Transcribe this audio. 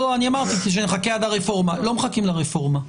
אצרתי שנחכה עד הרפורמה לא מחכים לרפורמה.